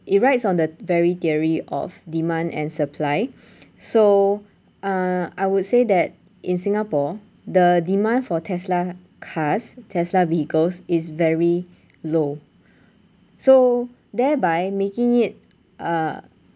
it rides on the very theory of demand and supply so uh I would say that in singapore the demand for tesla cars tesla vehicles is very low so thereby making it uh